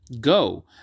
Go